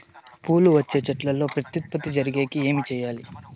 పూలు వచ్చే చెట్లల్లో ప్రత్యుత్పత్తి జరిగేకి ఏమి చేయాలి?